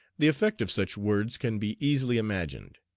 the effect of such words can be easily imagined.